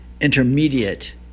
intermediate